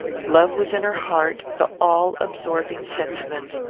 love was in her heart the all-absorbing sentiment.